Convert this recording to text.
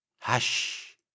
Hush